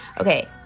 Okay